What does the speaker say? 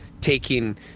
taking